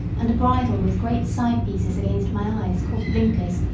and a bridle with great side-pieces against my eyes called blinkers,